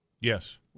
Yes